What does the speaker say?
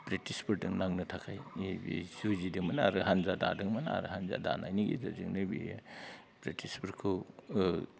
ब्रिटिसफोरदों नांनो थाखाय ओइ जुजिदोंमोन आरो हानजा दादोंमोन आरो हानजा दानायनि गेजेरजोंनो बे ब्रिसिटसफोरखौ